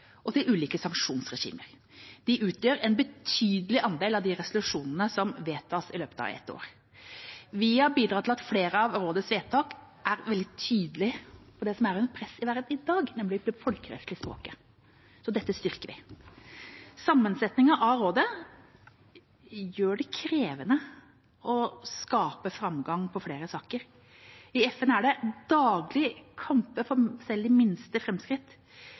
og til ulike sanksjonsregimer. De utgjør en betydelig andel av de resolusjonene som vedtas i løpet av et år. Vi har bidratt til at flere av rådets vedtak er veldig tydelig på det som er under press i verden i dag, nemlig det folkerettslige språket. Dette styrker vi. Sammensetningen av rådet gjør det krevende å skape framgang i flere saker. I FN er det daglig kamper for selv de minste